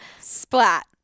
Splat